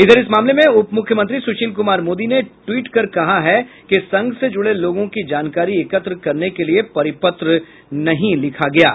इधर इस मामले में उप मुख्यमंत्री सुशील कुमार मोदी ने ट्वीट कर कहा है कि संघ से जुड़े लोगों की जानकारी एकत्र करने के लिये परिपत्र नहीं लिखा गया है